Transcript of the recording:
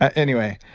anyway,